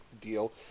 deal